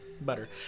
Butter